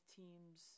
teams